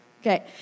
Okay